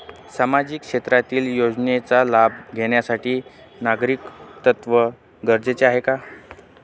सामाजिक क्षेत्रातील योजनेचा लाभ घेण्यासाठी नागरिकत्व गरजेचे आहे का?